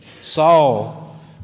Saul